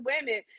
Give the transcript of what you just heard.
women